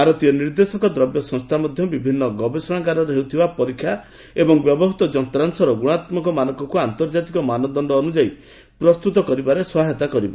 ଭାରତୀୟ ନିର୍ଦ୍ଦେଶକ ଦ୍ରବ୍ୟ ସଂସ୍ଥା ମଧ୍ୟ ବିଭିନ୍ନ ଗବେଷଣାଗାରରେ ହେଉଥିବା ପରୀକ୍ଷା ଏବଂ ବ୍ୟବହୃତ ଯନ୍ତ୍ରାଂଶର ଗୁଣାତ୍ମକ ମାନକକୁ ଅନ୍ତର୍ଜାତୀୟ ମାନଦଶ୍ଡ ଅନୁଯାୟୀ ପ୍ରସ୍ତୁତ କରିବାରେ ସହାୟତା କରିବ